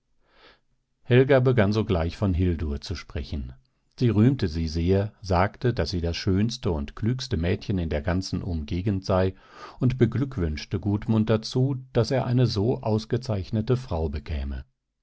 helga begann sogleich von hildur zu sprechen sie rühmte sie sehr sagte daß sie das schönste und klügste mädchen in der ganzen umgegend sei und beglückwünschte gudmund dazu daß er eine so ausgezeichnete frau bekäme